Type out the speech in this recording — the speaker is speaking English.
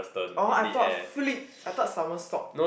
oh I thought flip I thought somersault